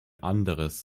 anderes